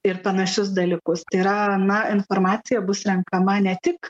ir panašius dalykus tai yra na informacija bus renkama ne tik